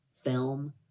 film